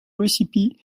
recipe